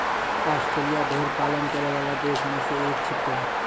Australia भेड़ पालन करै वाला देश म सें एक छिकै